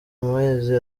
mezi